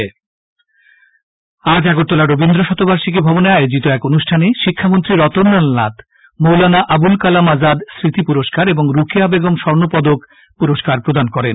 শিক্ষামন্ত্রী আজ আগরতলা রবীন্দ্র শতবার্ষিকী ভবনে আয়োজিত এক অনুষ্ঠানে শিক্ষামন্ত্রী রতনলাল নাথ মৌলানা আবুল কালাম আজাদ স্মৃতি পুরস্কার ও রুকেয়া বেগম স্বর্ণ পদক পুরস্কার প্রদান করেন